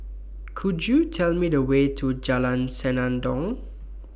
Could YOU Tell Me The Way to Jalan Senandong